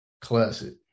classic